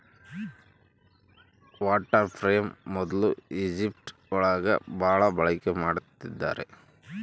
water frame ಮೊದ್ಲು Egypt ಒಳಗ ಭಾಳ ಬಳಕೆ ಮಾಡಿದ್ದಾರೆ